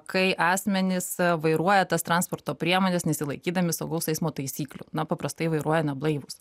kai asmenys vairuoja tas transporto priemones nesilaikydami saugaus eismo taisyklių na paprastai vairuoja neblaivūs